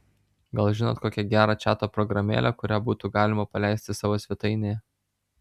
gal žinot kokią gerą čato programėlę kurią būtų galima paleisti savo svetainėje